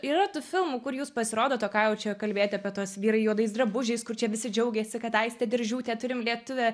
yra tų filmų kur jūs pasirodot o ką jau čia kalbėti apie tuos vyrai juodais drabužiais kur čia visi džiaugėsi kad aistė diržiūtė turim lietuvę